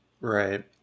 Right